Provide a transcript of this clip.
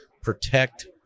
protect